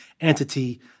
entity